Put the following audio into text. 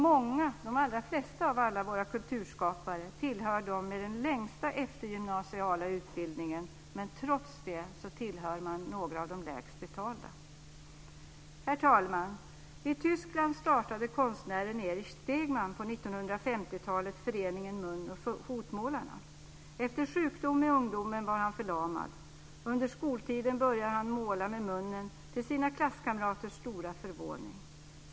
Många, de allra flesta av alla våra kulturskapare, tillhör dem med den längsta eftergymnasiala utbildningen, men trots det är de några av de lägst betalda. Herr talman! I Tyskland startade konstnären Erich Stegmann på 1950-talet föreningen Mun och fotmålarna. Efter sjukdom i ungdomen var han förlamad. Under skoltiden började han måla med munnen till sina klasskamraters stora förvåning.